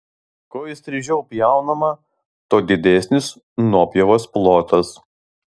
kuo įstrižiau pjaunama tuo didesnis nuopjovos plotas